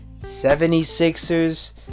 76ers